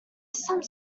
some